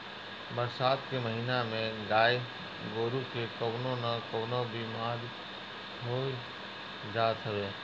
बरसात के महिना में गाई गोरु के कवनो ना कवनो बेमारी होइए जात हवे